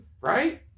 Right